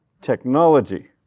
technology